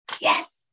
Yes